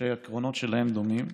שהעקרונות שלהן דומים,